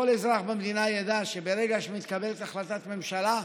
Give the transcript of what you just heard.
אזרח במדינה ידע שברגע שמתקבלת החלטת ממשלה,